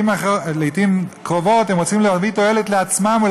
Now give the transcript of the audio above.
לעתים קרובות הם רוצים להביא תועלת לעצמם או